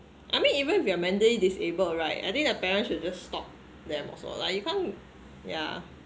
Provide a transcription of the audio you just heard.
I mean even if you are mentally disabled right I think the parents should just stop them also lah you can't yeah